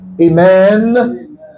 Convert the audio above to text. amen